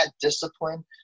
discipline